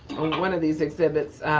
one of these exhibits,